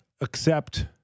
accept